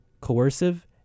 coercive